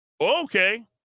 Okay